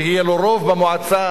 יהיה לו רוב במועצה,